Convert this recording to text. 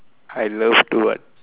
I love to do what